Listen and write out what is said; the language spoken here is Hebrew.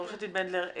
עו"ד בנדלר,